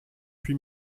huit